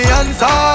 answer